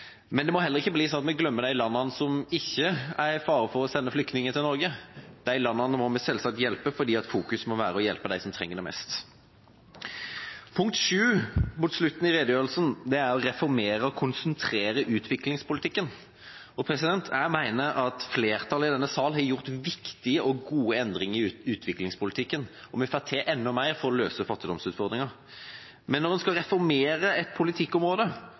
Men det må heller ikke bli slik at vi glemmer de landene som ikke står i fare for å sende flyktninger til Norge – de landene må vi selvsagt hjelpe, for fokuset må være på å hjelpe dem som trenger det mest. Når det gjelder punkt sju, på slutten av redegjørelsen, om å reformere og konsentrere utviklingspolitikken, mener jeg at flertallet i denne sal har gjort viktige og gode endringer i utviklingspolitikken, og vi må få til enda mer for å løse fattigdomsutfordringene. Men når en skal reformere et politikkområde,